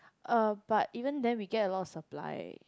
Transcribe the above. uh but even then we get a lot of supply